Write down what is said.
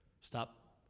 stop